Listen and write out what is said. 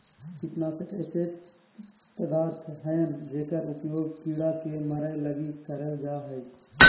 कीटनाशक ऐसे पदार्थ हइंय जेकर उपयोग कीड़ा के मरैय लगी करल जा हइ